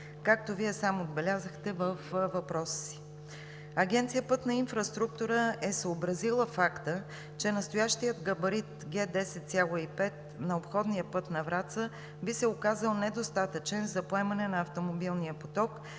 както Вие сам отбелязахте във въпроса си. Агенция „Пътна инфраструктура“ е съобразила факта, че настоящият габарит Г-10,5 на обходния път на Враца би се оказал недостатъчен за поемане на автомобилния поток